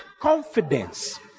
confidence